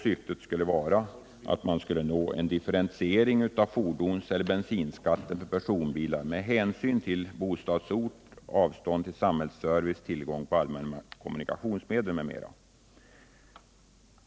Syftet bör vara att man skall nå en differentiering av fordonseller bensinskatten för personbilar med hänsyn till ägarens bostadsort, avstånd till samhällsservice, tillgång till allmänna kommunikationsmedel m.m.